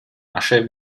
asche